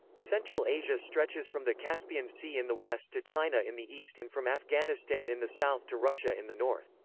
central asia stretches from the caspian sea in the west to china in the east and from afghanistan in the south to russia in the north.